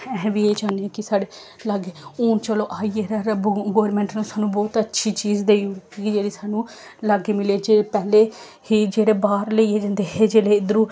अस बी एह् चाह्न्ने आं कि साढ़े लाग्गै हून चलो आई गेदा ऐ र बो गौरमैंट ने सानूं ब्हौत अच्छी चीज देई ओड़ी दी जेह्ड़ी सानूं लाग्गै मिले जे पैह्लें ही जेह्ड़े बाह्र लेइयै जंदे हे जेल्लै इद्धरूं